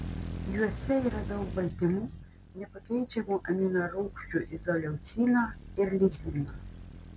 juose yra daug baltymų nepakeičiamų aminorūgščių izoleucino ir lizino